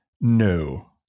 no